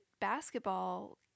basketball